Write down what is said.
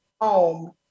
home